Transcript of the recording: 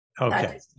Okay